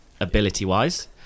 ability-wise